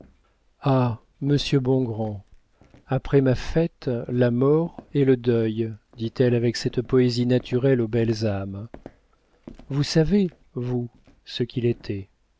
ah monsieur bongrand après ma fête la mort et le deuil dit-elle avec cette poésie naturelle aux belles âmes vous savez vous ce qu'il était